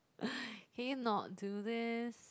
can you not do this